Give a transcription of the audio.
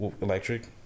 Electric